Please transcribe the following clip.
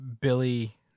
Billy